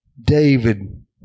David